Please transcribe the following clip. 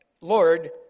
Lord